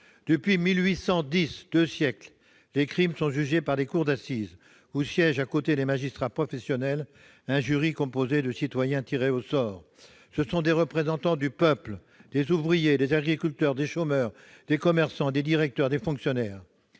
Depuis 1810- deux siècles !-, les crimes sont jugés par des cours d'assises, où siège, à côté des magistrats professionnels, un jury composé de citoyens tirés au sort. Ce sont des représentants du peuple, des ouvriers, des agriculteurs, des chômeurs, des commerçants, des directeurs, des fonctionnaires